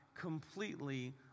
completely